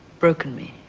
broken me.